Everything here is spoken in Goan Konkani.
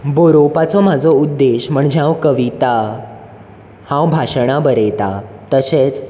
बरोवपाचो म्हजो उद्देश म्हणजे हांव कविता हांव भाशणां बरयतां तशेंच